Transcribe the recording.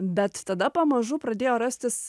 bet tada pamažu pradėjo rastis